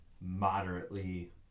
moderately